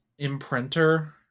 imprinter